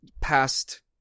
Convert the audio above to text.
past